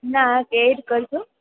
ના એડ કરજો